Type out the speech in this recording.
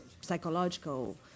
Psychological